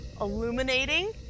illuminating